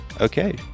Okay